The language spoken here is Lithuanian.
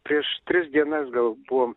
prieš tris dienas gal buvom